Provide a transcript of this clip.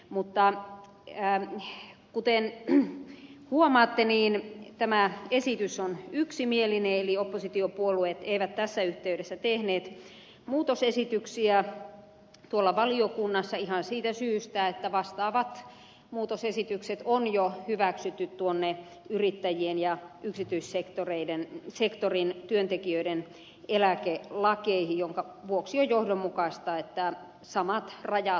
mutta kuten huomaatte tämä esitys on yksimielinen eli oppositiopuolueet eivät tässä yhteydessä tehneet muutosesityksiä valiokunnassa ihan siitä syystä että vastaavat muutosesitykset on jo hyväksytty yrittäjien ja yksityissektorin työntekijöiden eläkelakeihin minkä vuoksi on johdonmukaista että samat rajat koskevat kaikkia eläkkeitä